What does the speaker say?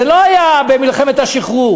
זה לא היה במלחמת השחרור,